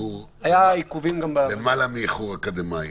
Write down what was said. היו עיכובים גם --- למעלה מאיחור אקדמאי,